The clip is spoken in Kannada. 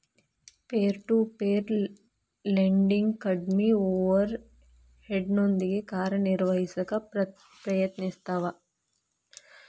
ಪೇರ್ ಟು ಪೇರ್ ಲೆಂಡಿಂಗ್ ಕಡ್ಮಿ ಓವರ್ ಹೆಡ್ನೊಂದಿಗಿ ಕಾರ್ಯನಿರ್ವಹಿಸಕ ಪ್ರಯತ್ನಿಸ್ತವ